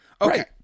Okay